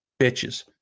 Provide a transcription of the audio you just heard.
bitches